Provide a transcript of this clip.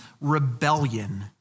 rebellion